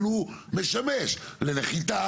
אבל הוא משמש לנחיתה.